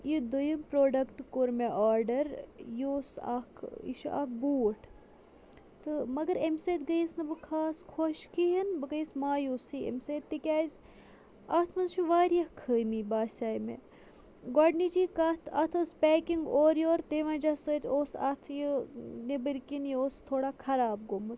یہِ دوٚیِم پرٛوٚڈَکٹ کوٚر مےٚ آرڈَر یہِ اوس اَکھ یہِ چھُ اَکھ بوٗٹھ تہٕ مگر اَمہِ سۭتۍ گٔیَس نہٕ بہٕ خاص خوش کِہیٖنۍ بہٕ گٔیَس مایوٗسٕے اَمہِ سۭتۍ تِکیٛازِ اَتھ منٛز چھِ واریاہ خٲمی باسے مےٚ گۄڈٕنِچی کَتھ اَتھ ٲس پیکِنٛگ اورٕ یور تَمہِ وَجہ سۭتۍ اوس اَتھ یہِ نیٚبٕر کِنۍ یہِ اوس تھوڑا خراب گوٚمُت